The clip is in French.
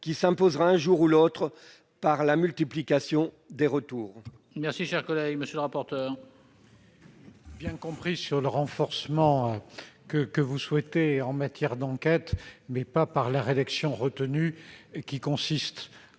qui s'imposera un jour ou l'autre du fait de la multiplication des recours.